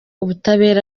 ubutabera